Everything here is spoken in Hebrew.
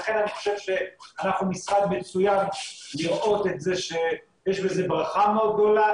לכן אני חושב שאנחנו משרד מצוין לראות את זה שיש בזה ברכה מאוד גדולה,